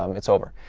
um it's over.